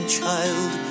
child